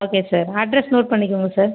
okay sir address note பண்ணிக்கோங்க sir